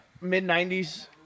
mid-90s